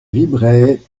vibraient